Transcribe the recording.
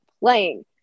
playing